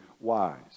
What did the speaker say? wise